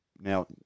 Now